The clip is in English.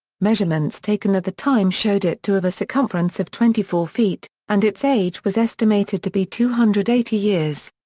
measurements taken at the time showed it to have a circumference of twenty four feet, and its age was estimated to be two hundred and eighty years.